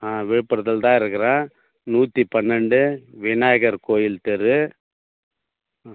ஆ விழுப்புரத்தில் தான் இருக்கிறேன் நூற்றி பன்னிரெண்டு விநாயகர் கோயில் தெரு ஆ